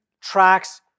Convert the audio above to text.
tracks